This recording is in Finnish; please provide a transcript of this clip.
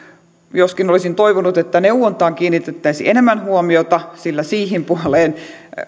joskin olisin toivonut että neuvontaan kiinnitettäisiin enemmän huomiota sillä siihen puoleen